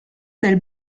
del